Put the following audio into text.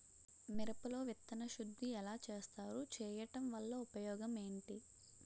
మిరప లో విత్తన శుద్ధి ఎలా చేస్తారు? చేయటం వల్ల ఉపయోగం ఏంటి?